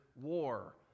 war